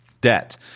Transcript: debt